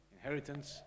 Inheritance